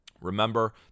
Remember